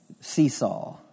seesaw